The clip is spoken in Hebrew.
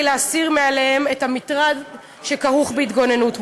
להסיר מעליהם את המטרד שכרוך בהתגוננות מולן.